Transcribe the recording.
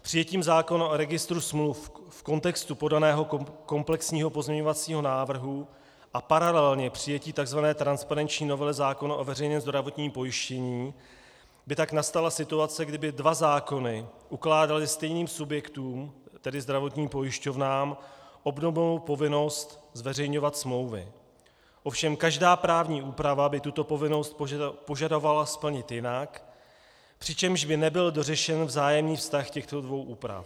Přijetím zákona o Registru smluv v kontextu podaného komplexního pozměňovacího návrhu a paralelně přijetím takzvané transparenční novely zákona o veřejném zdravotním pojištění by tak nastala situace, kdy by dva zákony ukládaly stejným subjektům, tedy zdravotním pojišťovnám, obdobnou povinnost zveřejňovat smlouvy, ovšem každá právní úprava by tuto povinnost požadovala splnit jinak, přičemž by nebyl dořešen vzájemný vztah těchto dvou úprav.